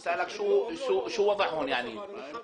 תעודת